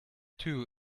two